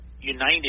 united